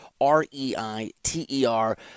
R-E-I-T-E-R